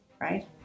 right